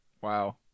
Wow